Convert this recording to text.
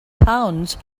towns